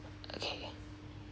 okay